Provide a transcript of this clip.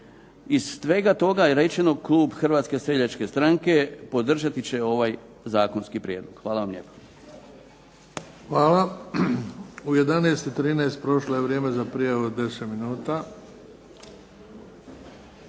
Iz svega toga je rečeno klub Hrvatske seljačke stranke podržati će ovaj zakonski prijedlog. Hvala vam lijepa. **Bebić, Luka (HDZ)** Hvala. U 11,13 prošlo je vrijeme za prijavu od 10 minuta.